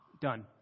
done